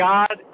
God